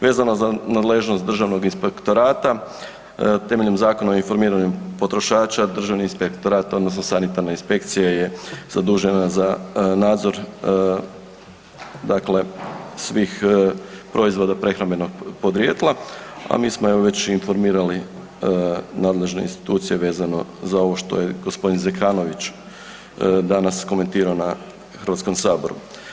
Vezano za nadležnost Državnog inspektorata temeljem Zakona o informiranju potrošača, Državni inspektorat odnosno sanitarna inspekcija je zadužena za nadzor dakle svih proizvoda prehrambenog podrijetla, a mi smo evo već informirali nadležne institucije vezano za ovo što je gospodin Zekanović danas komentirao na Hrvatskom saboru.